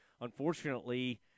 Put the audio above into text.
unfortunately